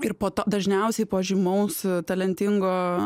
ir po to dažniausiai po žymaus talentingo